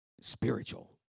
spiritual